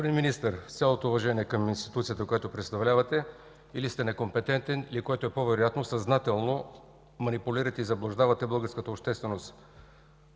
в ПГ): Господин Министър, с цялото уважение към институцията, която представлявате – или сте некомпетентен, или което е по-вероятно, съзнателно манипулирате и заблуждавате българската общественост.